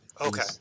Okay